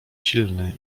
silny